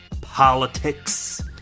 politics